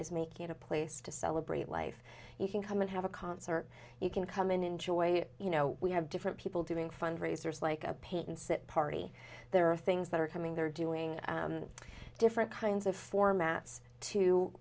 is making a place to celebrate life you can come and have a concert you can come and enjoy you know we have different people doing fundraisers like a pagan sit party there are things that are coming they're doing different kinds of formats to